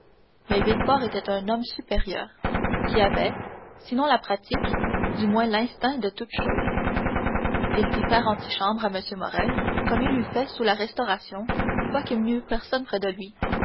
mais villefort était un homme supérieur qui avait sinon la pratique du moins l'instinct de toutes choses il fit faire antichambre à morrel comme il eût fait sous la restauration quoiqu'il n'eût personne près de lui